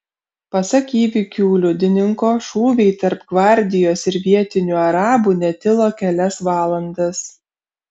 pasak įvykių liudininko šūviai tarp gvardijos ir vietinių arabų netilo kelias valandas